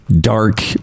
Dark